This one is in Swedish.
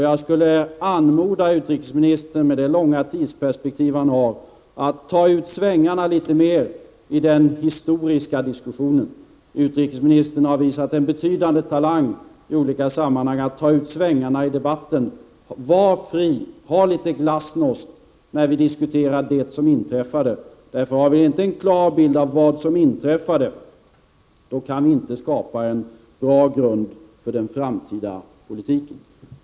Jag skulle vilja anmoda utrikesministern, med det långa tidsperspektiv han har, att ta ut svängarna litet mera i den historiska diskussionen. Utrikesministern har visat en betydande talang i olika sammanhang att ta ut svängarna i debatten. Var fri, ha litet glasnost, när vi diskuterar det som inträffade. För har vi inte en klar bild av vad som inträffade, kan vi inte skapa en bra grund för den framtida politiken.